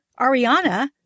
Ariana